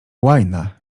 łajna